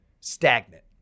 stagnant